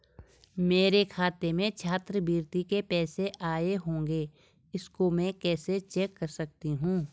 मेरे खाते में छात्रवृत्ति के पैसे आए होंगे इसको मैं कैसे चेक कर सकती हूँ?